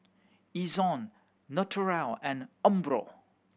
Ezion Naturel and Umbro